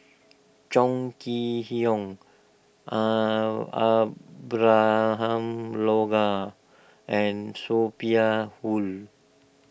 Chong Kee Hiong Abraham Logan and Sophia Hull